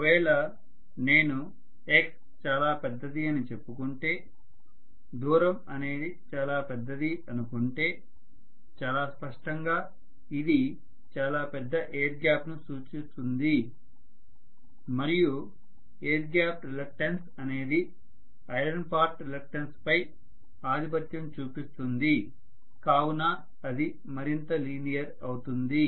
ఒకవేళ నేను x చాలా పెద్దది అని చెప్పుకుంటే దూరం అనేది చాలా పెద్దది అనుకుంటే చాలా స్పష్టంగా ఇది చాలా పెద్ద ఎయిర్ గ్యాప్ ను సూచిస్తుంది మరియు ఎయిర్ గ్యాప్ రిలక్టన్స్ అనేది ఐరన్ పార్ట్ రిలక్టన్స్ పై ఆధిపత్యం చూపిస్తుంది కావున అది మరింత లీనియర్ అవుతుంది